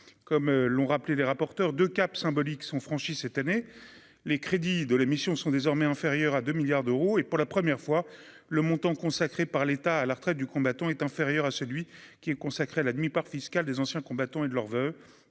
comme l'ont rappelé les rapporteurs de cap symbolique sont franchi cette année, les crédits de la mission sont désormais inférieures à 2 milliards d'euros et pour la première fois le montant consacré par l'État à la retraite du combattant est inférieur à celui qui est consacré à la demi-part fiscale des anciens combattants et de leurs